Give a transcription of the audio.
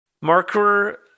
marker